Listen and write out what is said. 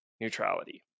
neutrality